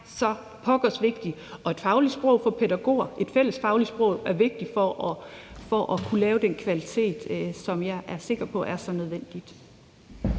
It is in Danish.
og fordi et fælles fagligt sprog for pædagoger er vigtigt for at kunne lave den kvalitet, som jeg er sikker på er så nødvendig.